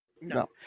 No